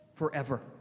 forever